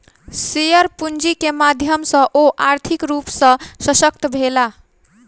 share पूंजी के माध्यम सॅ ओ आर्थिक रूप सॅ शशक्त भेला